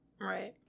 right